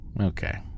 Okay